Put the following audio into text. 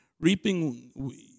reaping